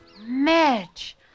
mitch